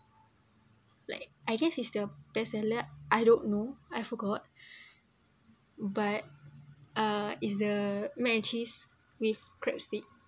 like I guess is the paste and lia I don't know I forgot but ah is the mac and cheese with crab stick